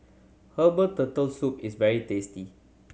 herbal Turtle Soup is very tasty